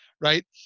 right